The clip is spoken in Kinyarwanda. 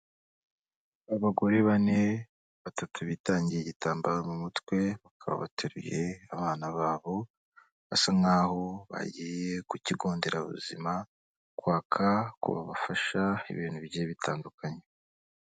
Abagore bane, batatu bitandiye igitambaro mu mutwe, bakaba bateruye abana babo, basa nk'aho bagiye ku kigo nderabuzima kwaka ko babafasha ibintu bigiye bitandukanye.